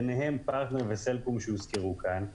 ביניהם פרטנר וסלקום שהוזכרו כאן,